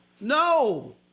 No